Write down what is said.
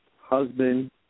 husband